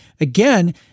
Again